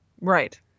right